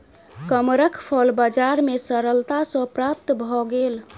कमरख फल बजार में सरलता सॅ प्राप्त भअ गेल